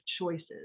choices